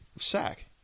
Sack